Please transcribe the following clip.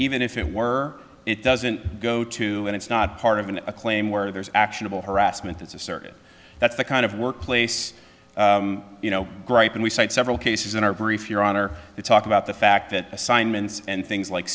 even if it were it doesn't go to and it's not part of an a claim where there's actionable harassment that's a circuit that's the kind of workplace you know gripe and we cite several cases in our brief your honor to talk about the fact that assignments and things like